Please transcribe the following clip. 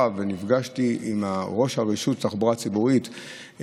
ונפגשתי עם ראש הרשות לתחבורה הציבורית,